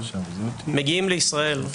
מגיעים לישראל,